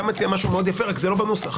אתה מציע משהו מאוד יפה רק זה לא בנוסח.